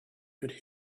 could